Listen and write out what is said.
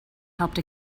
helped